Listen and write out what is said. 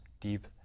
deep